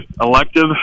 elective